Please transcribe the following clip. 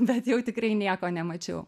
bet jau tikrai nieko nemačiau